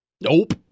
Nope